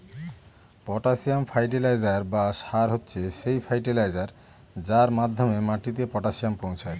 potassium fertiliser বা সার হচ্ছে সেই ফার্টিলাইজার যার মাধ্যমে মাটিতে পটাসিয়াম পৌঁছায়